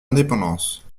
indépendance